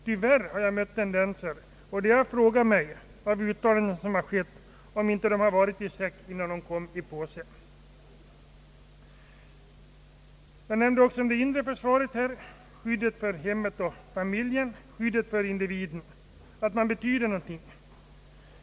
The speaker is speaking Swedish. Tyvärr har jag mött andra tendenser, och jag har frågat mig om det som uttalats inte har varit i säck innan det kom i påse. Jag nämnde också det inre försvaret — skyddet för hemmet och familjen, skyddet för individen och känslan av att man betyder någonting.